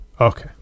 okay